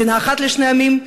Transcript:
מדינה אחת לשני עמים?